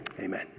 Amen